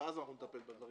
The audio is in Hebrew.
ואז נטפל בזה,